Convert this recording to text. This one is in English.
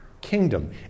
kingdom